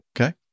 Okay